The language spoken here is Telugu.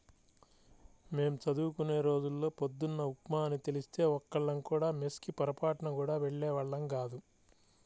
మేం చదువుకునే రోజుల్లో పొద్దున్న ఉప్మా అని తెలిస్తే ఒక్కళ్ళం కూడా మెస్ కి పొరబాటున గూడా వెళ్ళేవాళ్ళం గాదు